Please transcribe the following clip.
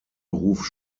beruf